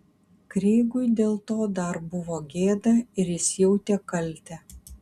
kreigui dėl to dar buvo gėda ir jis jautė kaltę